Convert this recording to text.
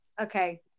Okay